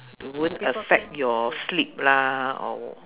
it won't affect your sleep lah or